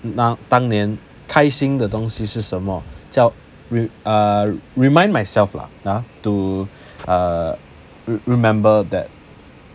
那当年开心的东西是什么叫 re~ uh remind myself lah ah to uh remember that